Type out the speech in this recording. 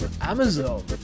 Amazon